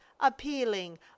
appealing